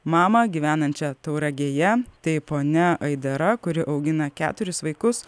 mamą gyvenančią tauragėje tai ponia aidara kuri augina keturis vaikus